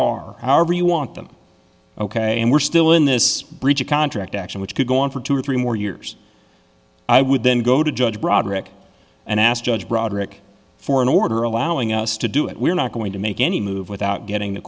are however you want them ok and we're still in this breach of contract action which could go on for two or three more years i would then go to judge broderick and ask judge broderick for an order allowing us to do it we're not going to make any move without getting the